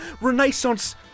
Renaissance